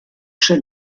schon